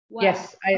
Yes